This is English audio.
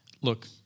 Look